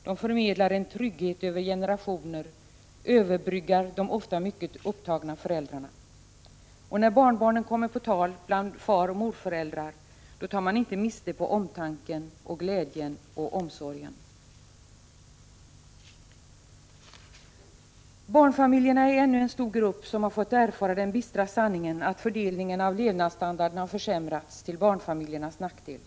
De förmedlar en trygghet över generationer och överbryggar de ofta mycket upptagna föräldrarna. När barnbarnen kommer på tal bland faroch morföräldrar tar man inte miste på omtanken, glädjen och omsorgen. Barnfamiljerna är ännu en stor grupp som har fått erfara den bistra sanningen att fördelningen av levnadsstandarden har förändrats till barnfamiljernas nackdel.